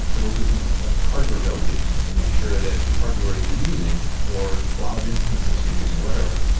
so it will do things like hardware validation to make sure that the hardware you're using or the cloud instances you're using, whatever,